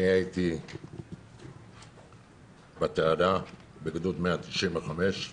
הייתי בתעלה בגדוד 195.